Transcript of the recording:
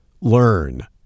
learn